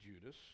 Judas